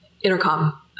Intercom